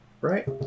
right